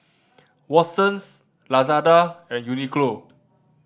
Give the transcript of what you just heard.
Watsons Lazada and Uniqlo